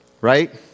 right